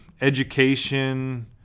education